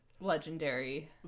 legendary